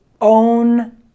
own